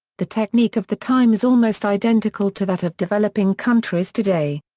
the technique of the time is almost identical to that of developing countries today.